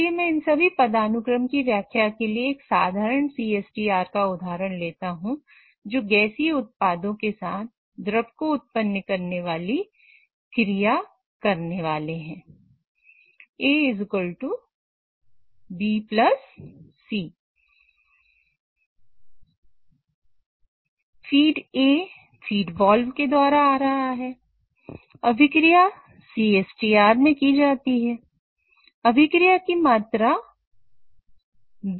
चलिए मैं इन सभी पदानुक्रम की व्याख्या के लिए एक साधारण CSTR का उदाहरण लेता हूं जो गैसीय उत्पादों के साथ द्रव को उत्पन्न करने वाली एक क्रिया करने वाला है